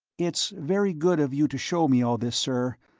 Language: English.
it's very good of you to show me all this, sir,